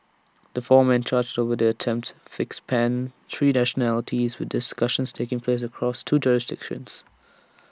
the four men charged over the attempted fix spanned three nationalities with discussions taking place across two jurisdictions